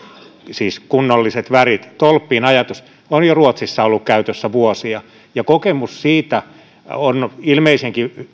siis kunnolliset värit tolppiin on ruotsissa ollut käytössä jo vuosia ja kokemus siitä on ilmeisenkin